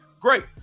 Great